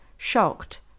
Shocked